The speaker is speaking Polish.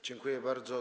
Dziękuję bardzo.